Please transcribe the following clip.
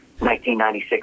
1996